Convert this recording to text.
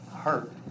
hurt